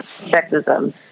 sexism